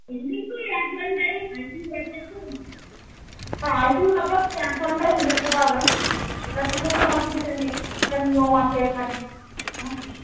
visiting তো ওই এক ঘন্টায় আই সি ইউ র ব্যাপার তো হ্যাঁ আই সি ইউ র ব্যাপার তো এক ঘন্টায় দেখতে পাবেন সেটার জন্য কোনো অসুবিধা নেই সেটা নিয়ম আছে এখানে হুম